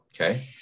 Okay